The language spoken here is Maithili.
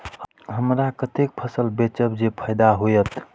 हमरा कते फसल बेचब जे फायदा होयत?